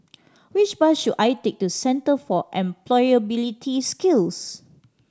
which bus should I take to Centre for Employability Skills